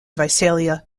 visalia